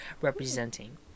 representing